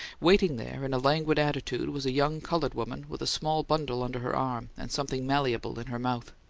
waiting there, in a languid attitude, was a young coloured woman, with a small bundle under her arm and something malleable in her mouth.